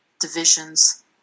divisions